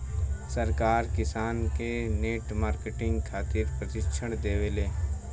सरकार किसान के नेट मार्केटिंग खातिर प्रक्षिक्षण देबेले?